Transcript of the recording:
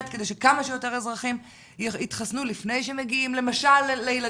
כדי שכמה שיותר אזרחים יתחסנו לפני שמגיעים למשל לילדים.